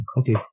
okay